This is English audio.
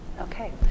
Okay